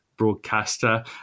broadcaster